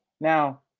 Now